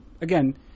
again